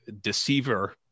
deceiver